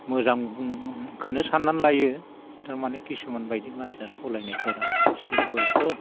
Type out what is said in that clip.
मोजांखौनो सानना लायो थारमाने खिसुमान बायदि मानसिया सलायनायफोरा एसे बयाथ'